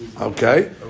Okay